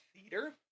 theater